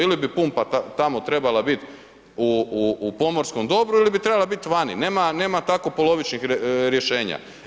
Ili bi pumpa tamo trebala biti u pomorskom dobru ili bi trebala biti vani, nema tako polovičnih rješenja.